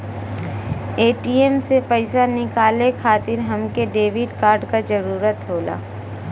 ATM से पइसा निकाले खातिर हमके डेबिट कार्ड क जरूरत होला